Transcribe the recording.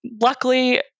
luckily